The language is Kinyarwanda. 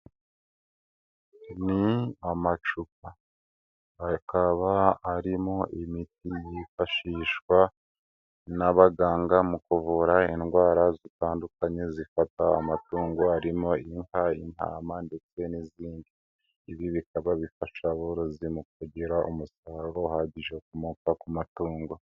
Ni amacupa akaba arimo imiti yifashishwa n'abaganga mu kuvura indwara zitandukanye zifata amatungo. Harimo: inka, intama ndetse n'izindi. Ibi bikaba bifasha aborozi mu kugira umusaruro uhagije ukomoka ku matungo.